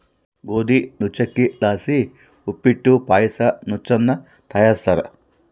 ಗೋದಿ ನುಚ್ಚಕ್ಕಿಲಾಸಿ ಉಪ್ಪಿಟ್ಟು ಪಾಯಸ ನುಚ್ಚನ್ನ ತಯಾರಿಸ್ತಾರ